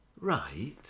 Right